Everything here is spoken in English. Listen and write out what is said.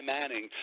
Manning